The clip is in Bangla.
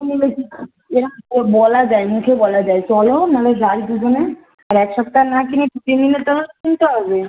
আমি নাকি এরম করে বলা যায় মুখে বলা যায় চলো নাহলে যাই দুজনে আর এক সপ্তাহের না কিনে নিলে তো কিনতে হবে